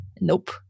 Nope